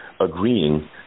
Agreeing